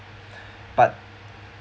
but